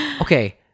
okay